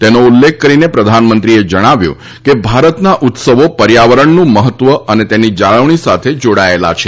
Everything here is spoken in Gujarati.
તેનો ઉલ્લેખ કરીને પ્રધાનમંત્રી જણાવ્યું હતું કે ભારતના ઉત્સવો પર્યાવરણનું મહત્વ અને તેની જાળવણી સાથે જોડાયેલા છે